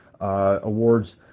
awards